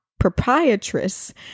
proprietress